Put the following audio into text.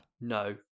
No